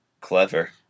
Clever